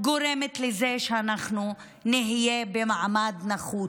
גורם לזה שאנחנו נהיה במעמד נחות.